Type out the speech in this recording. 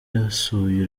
yasuye